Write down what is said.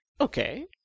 Okay